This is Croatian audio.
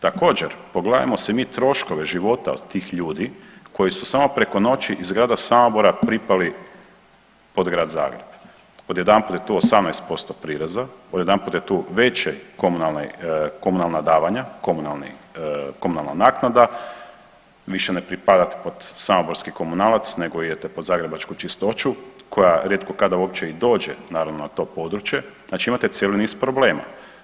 Također pogledajmo si mi troškove života od tih ljudi koji su samo preko noći iz grada Samobora pripali pod Grad Zagreb, odjedanput je tu 18% prireza, odjedanput je tu veće komunalni, komunalna davanja, komunalni, komunalna naknada, više ne pripadate pod samoborski komunalac nego idete pod zagrebačku čistoću koja rijetko kada uopće i dođe naravno na to područje, znači imate cijeli niz problema.